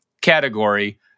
category